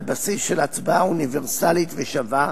על בסיס של הצבעה אוניברסלית ושווה,